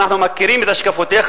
שאנחנו מכירים את השקפותיך,